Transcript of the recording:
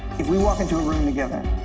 if we walk into a room together,